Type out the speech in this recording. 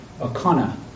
O'Connor